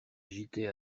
agitait